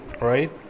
right